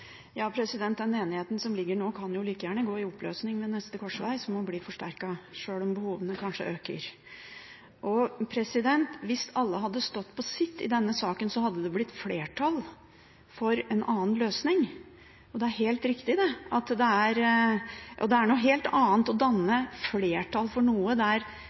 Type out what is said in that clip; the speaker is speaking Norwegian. Den enigheten som er her nå, kan like godt gå i oppløsning ved neste korsvei som å bli forsterket, sjøl om behovene kanskje øker. Hvis alle hadde stått på sitt i denne saken, hadde det blitt flertall for en annen løsning. Det er noe helt annet å danne flertall for noe der en er avhengig av partiets stemmer for at noe skal bli bedre. Slik var det ikke for